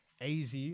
AZ